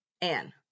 Anne